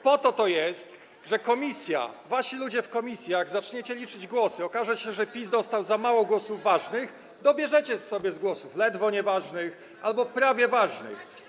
Po to to jest, że jak komisja, wasi ludzie w komisji, jak zaczniecie liczyć głosy, jak okaże się, że PiS dostał za mało głosów ważnych, to dobierzecie sobie głosy z głosów ledwo nieważnych albo prawie ważnych.